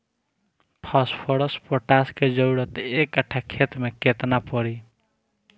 Phosphorus potash के जरूरत एक कट्ठा खेत मे केतना पड़ी?